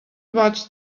watched